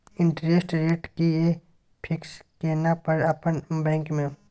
Interest rate कि ये fix केला पर अपन बैंक में?